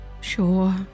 sure